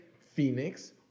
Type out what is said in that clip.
Phoenix